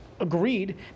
Agreed